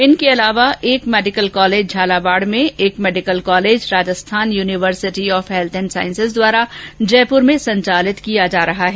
इनके अलावा एक मेडिकल कॉलेज झालावाड़ में एक medical college Rajasthan university of health and sciences द्वारा जयपुर में संचालित किया जा रहा है